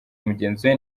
mugenzi